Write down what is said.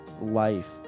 life